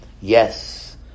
Yes